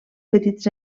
petits